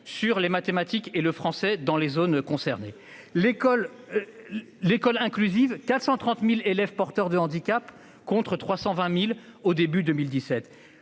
sur les mathématiques et le français dans les zones concernées, l'école. L'école inclusive 430.000 élèves porteurs de handicap contre 320.000 au début 2017